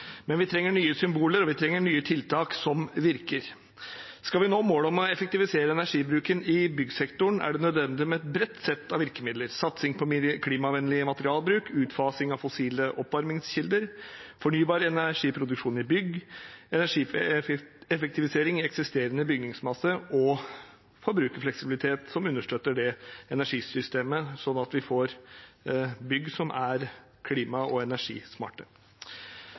men vi trenger nye symboler, og vi trenger nye tiltak som virker. Skal vi nå målet om å effektivisere energibruken i byggsektoren, er det nødvendig med et bredt sett av virkemidler: satsing på mer klimavennlig materialbruk, utfasing av fossile oppvarmingskilder, fornybar energiproduksjon i bygg, energieffektivisering i eksisterende bygningsmasse og forbrukerfleksibilitet som understøtter det energisystemet, slik at vi får bygg som er klima- og